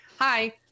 hi